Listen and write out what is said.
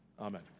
Amen